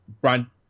Brian